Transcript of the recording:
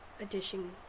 edition